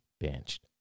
benched